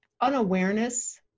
unawareness